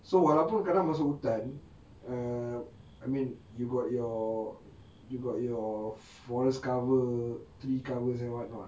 so walaupun masuk hutan err I mean you got your you got your forest cover tree covers and what not